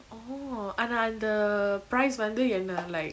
oh ஆனா அந்த:aana antha price வந்து என்ன:vanthu enna like